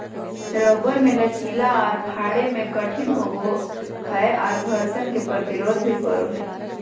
rubber मे लचीला आर फाड़े मे कठिन होवो हय आर घर्षण के प्रतिरोध भी करो हय